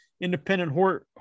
independent